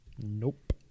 nope